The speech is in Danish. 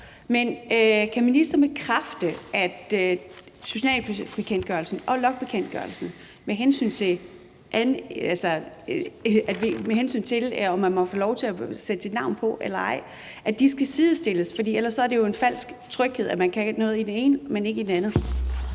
Men kan ministeren bekræfte, at journalføringsbekendtgørelsen og logningsbekendtgørelsen, med hensyn til om man må få lov til at sætte sit navn på eller ej, skal sidestilles? For ellers er det jo en falsk tryghed, at man kan noget i den ene, men ikke i den anden.